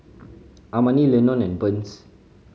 Amani Lenon and Burns